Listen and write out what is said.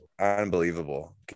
unbelievable